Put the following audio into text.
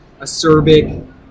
acerbic